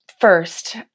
first